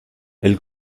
elle